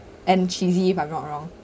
and cheesy if I'm not wrong